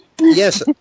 Yes